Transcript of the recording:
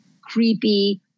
creepy